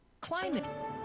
Climate